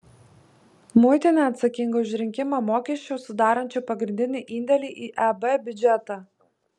muitinė atsakinga už rinkimą mokesčių sudarančių pagrindinį indėlį į eb biudžetą